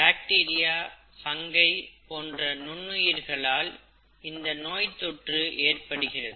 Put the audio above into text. bacteria fungi போன்ற நுண்ணுயிர்களால் இந்த நோய்த்தொற்று ஏற்படுகிறது